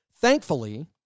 Thankfully